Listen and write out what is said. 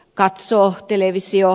katso televisio